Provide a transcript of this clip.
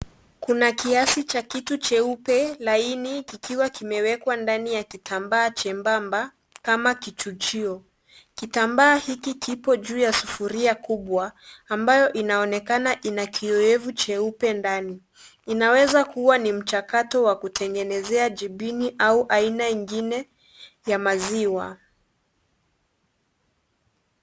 Kuna kiasi cha kitu cheupe laini kikiwa kimewekwa ndani ya kitambaa chembamba kama kichujio . Kitambaa hiki kipo juu ya sufuria kubwa ambayo inaonekana ina kioevu cheupe ndani . Inaweza kuwa ni mchakato wa kutengenezea jibini au aina ingine ya maziwa.